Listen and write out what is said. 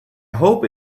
hope